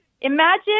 Imagine